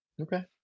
Okay